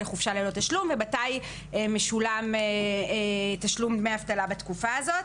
לחופשה ללא תשלום ומתי משולם תשלום דמי אבטלה בתקופה הזאת.